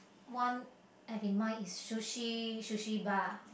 one I have in mind is sushi Sushi Bar